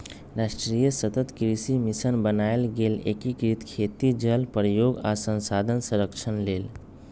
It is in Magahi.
राष्ट्रीय सतत कृषि मिशन बनाएल गेल एकीकृत खेती जल प्रयोग आ संसाधन संरक्षण लेल